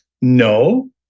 No